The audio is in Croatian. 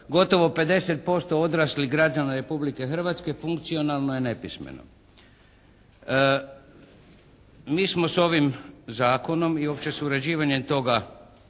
gotovo 50% odraslih građana Republike Hrvatske funkcionalno je nepismeno. Mi smo s ovim Zakonom i uopće s uređivanjem toga,